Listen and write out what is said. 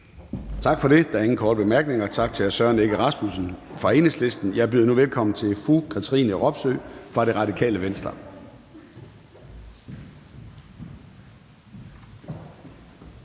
Tak for det. Der er ingen korte bemærkninger. Tak til hr. Søren Egge Rasmussen fra Enhedslisten. Jeg byder nu velkommen til fru Katrine Robsøe fra Radikale Venstre.